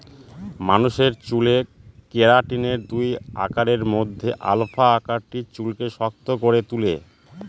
মানুষের চুলে কেরাটিনের দুই আকারের মধ্যে আলফা আকারটি চুলকে শক্ত করে তুলে